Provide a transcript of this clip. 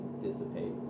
dissipate